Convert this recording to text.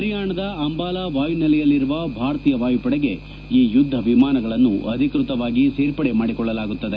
ಹರಿಯಾಣದ ಅಂಬಾಲಾ ವಾಯುನೆಲೆಯಲ್ಲಿರುವ ಭಾರತೀಯ ವಾಯುಪಡೆಗೆ ಈ ಯುದ್ದ ವಿಮಾನಗಳನ್ನು ಅಧಿಕೃತವಾಗಿ ಸೇರ್ಪಡೆ ಮಾಡಿಕೊಳ್ಳಲಾಗುತ್ತದೆ